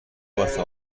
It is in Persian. واسه